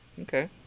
Okay